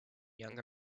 younger